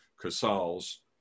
Casals